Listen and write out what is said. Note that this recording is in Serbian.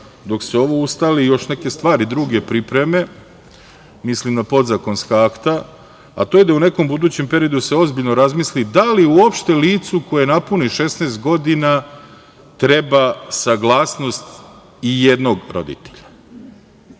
dok se ovo ustali i još neke druge stvari pripreme, mislim na podzakonska akta, a to je da u nekom budućem periodu se ozbiljno razmisli da li uopšte licu koje napuni 16 godina treba saglasnost i jednog roditelja.